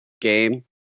game